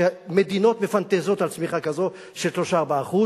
מדינות מפנטזות על צמיחה כזו של 3% ו-4%,